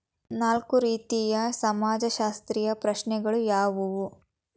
ನಾಲ್ಕು ರೀತಿಯ ಸಮಾಜಶಾಸ್ತ್ರೀಯ ಪ್ರಶ್ನೆಗಳು ಯಾವುವು?